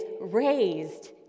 raised